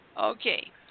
Okay